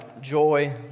joy